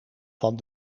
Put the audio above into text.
van